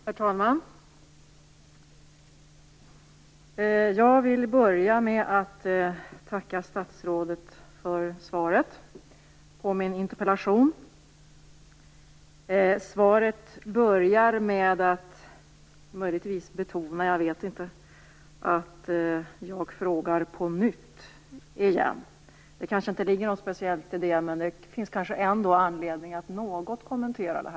Herr talman! Jag vill börja med att tacka statsrådet för svaret på min interpellation. I början av svaret betonas att jag frågar på nytt. Det kanske inte ligger något särskilt i det, men det finns nog ändå anledning att något kommentera det.